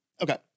Okay